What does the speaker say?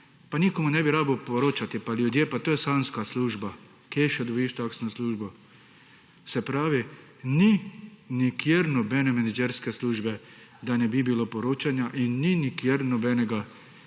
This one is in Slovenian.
pa nikomur ne bi rabil poročati pa ljudje to je sanjska služba, kje še dobiš kakšno službo? Se pravi ni nikjer nobene menedžerske službe, da ne bi bilo poročanja in ni nikjer nobenega